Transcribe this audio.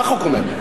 מה החוק אומר?